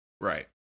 right